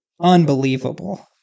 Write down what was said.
Unbelievable